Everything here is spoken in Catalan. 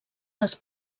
les